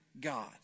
God